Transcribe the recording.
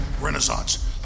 renaissance